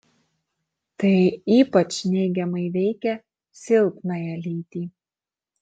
tai ypač neigiamai veikia silpnąją lytį